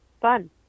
fun